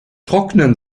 trocknen